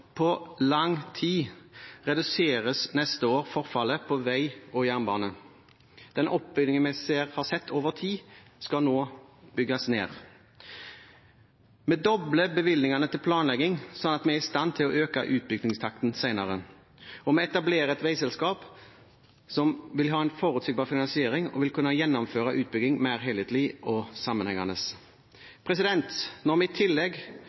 på lang tid – til neste år – reduseres forfallet på vei og jernbane. Det forfallet vi har sett bygge seg opp over tid, skal nå bygges ned. Vi dobler bevilgningene til planlegging, slik at vi er i stand til å øke utbyggingstakten senere, og vi etablerer et veiselskap, som vil ha en forutsigbar finansiering, og som vil kunne gjennomføre utbygging mer helhetlig og sammenhengende. Når vi i tillegg